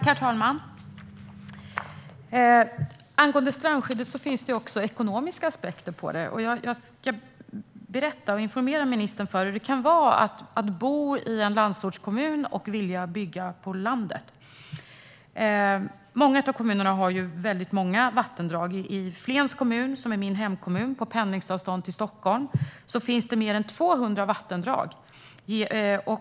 Herr talman! Det finns också ekonomiska aspekter på strandskyddet. Jag ska berätta för ministern hur det kan vara att bo i en landsortskommun och vilja bygga där. Många av kommunerna har väldigt många vattendrag. I min hemkommun Flen - som ligger på pendlingsavstånd till Stockholm - finns det mer än 200 vattendrag.